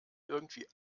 irgendwie